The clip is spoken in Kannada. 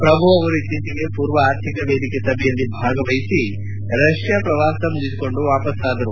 ಪ್ರಭು ಅವರು ಇತ್ತೀಚೆಗೆ ಪೂರ್ವ ಆರ್ಥಿಕ ವೇದಿಕೆ ಸಭೆಯಲ್ಲಿ ಭಾಗವಹಿಸಿ ರಷ್ಯಾ ಪ್ರವಾಸ ಮುಗಿಸಿಕೊಂಡು ವಾಪಸ್ವಾದರು